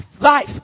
life